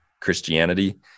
Christianity